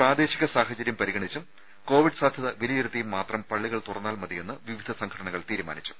പ്രാദേശിക സാഹചര്യം പരിഗണിച്ചും കോവിഡ് സാധ്യത വിലയിരുത്തിയും മാത്രം പള്ളികൾ തുറന്നാൽ മതിയെന്ന് വിവിധ സംഘടനകൾ തീരുമാനിച്ചു